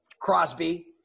Crosby